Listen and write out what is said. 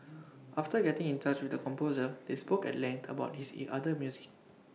after getting in touch with the composer they spoke at length about his E other music